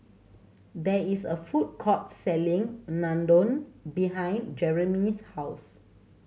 there is a food court selling Unadon behind Jermey's house